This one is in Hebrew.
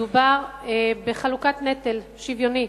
מדובר בחלוקת נטל, שוויונית.